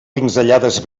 pinzellades